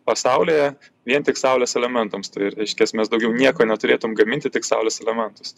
pasaulyje vien tik saulės elementams tai reiškias mes daugiau nieko neturėtum gaminti tik saulės elementus